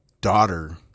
daughter